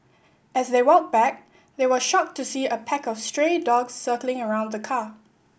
as they walked back they were shocked to see a pack of stray dogs circling around the car